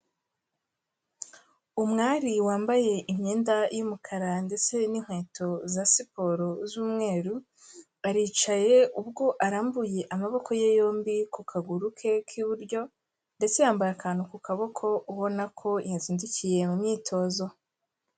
Umwari wambaye imyenda y'umukara ndetse n'inkweto za siporo z'umweru, aricaye ubwo arambuye amaboko ye yombi ku kaguru ke k'iburyo, ndetse yambaye akantu ku kaboko ubona ko yazindukiye mu myitozo.